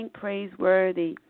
praiseworthy